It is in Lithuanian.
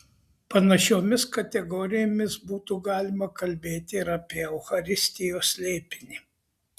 panašiomis kategorijomis būtų galima kalbėti ir apie eucharistijos slėpinį